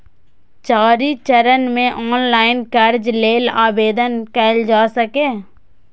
चारि चरण मे ऑनलाइन कर्ज लेल आवेदन कैल जा सकैए